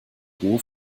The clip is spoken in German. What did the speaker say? ruhe